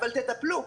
אבל תטפלו.